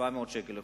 700 שקל לחודש,